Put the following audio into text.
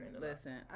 listen